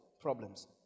problems